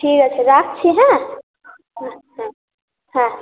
ঠিক আছে রাখছি হ্যাঁ হ্যাঁ হ্যাঁ হ্যাঁ